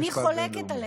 אני חולקת עליך.